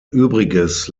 übriges